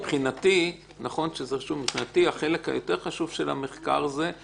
מבחינתי החלק החשוב יותר של המחקר הזה זה